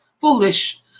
Foolish